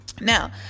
Now